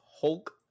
Hulk